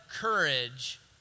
courage